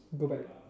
go back